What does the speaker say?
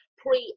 pre